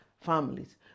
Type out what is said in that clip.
families